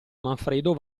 manfredo